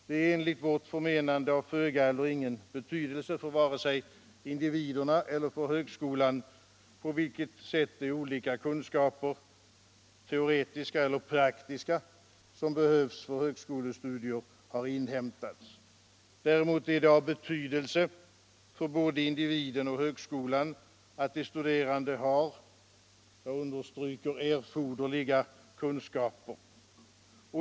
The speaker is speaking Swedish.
Det är enligt vårt förmenande av föga eller ingen betydelse för vare sig individerna eller högskolan på vilket sätt de olika kunskaper. teoretiska eller praktiska, som behövs för högskolestudier har inhämtats. Däremot är det av betydelse för både individen och högskolan att de studerande har erforderliga kunskaper.